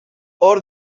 hor